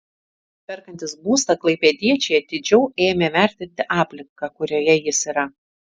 perkantys būstą klaipėdiečiai atidžiau ėmė vertinti aplinką kurioje jis yra